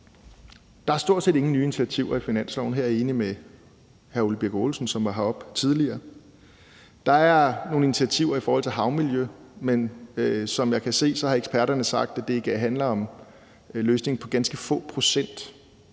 er der stort set ingen nye initiativer om i finanslovsforslaget. Her er jeg enig med hr. Ole Birk Olesen, som var heroppe tidligere. Der er nogle initiativer i forhold til havmiljø, men som jeg kan se, har eksperterne sagt, at det handler om løsningen på ganske få procent